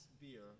beer